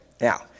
now